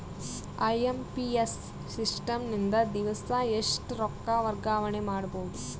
IMPS system ನಿಂದ ದಿವಸಾ ಎಷ್ಟ ರೊಕ್ಕ ವರ್ಗಾವಣೆ ಮಾಡಬಹುದು?